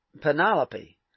Penelope